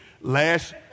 last